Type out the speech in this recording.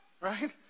Right